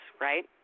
right